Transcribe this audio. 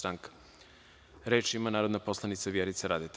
Reč ima narodna poslanica Vjerica Radeta.